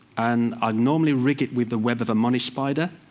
and i normally rig it with the web of a money spider.